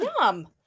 Yum